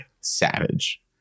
savage